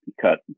cut